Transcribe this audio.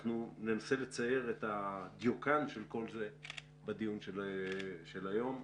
אנחנו ננסה לצייר את הדיוקן של כל זה בדיון שנקיים היום.